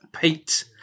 Pete